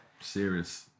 Serious